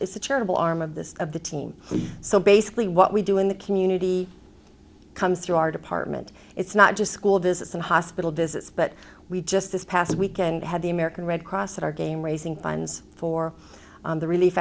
it's a charitable arm of this of the team so basically what we do in the community comes through our department it's not just school visits and hospital visits but we just this past weekend had the american red cross at our game raising funds for the relief